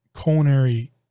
culinary